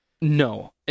No